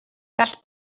gall